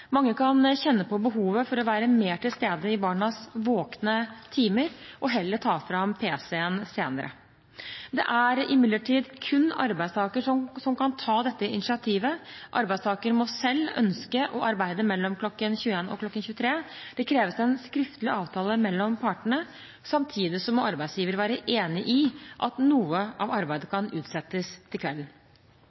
Mange kan kjenne på behovet for å være mer til stede i barnas våkne timer, og heller ta frem pc-en senere. Det er imidlertid kun arbeidstaker som kan ta dette initiativet. Arbeidstaker må selv ønske å arbeide mellom klokken 21 og 23. Det kreves en skriftlig avtale mellom partene. Samtidig må arbeidsgiver være enig i at noe av arbeidet kan utsettes til kvelden.